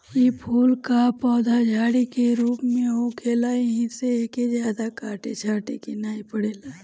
इ फूल कअ पौधा झाड़ी के रूप में होखेला एही से एके जादा काटे छाटे के नाइ पड़ेला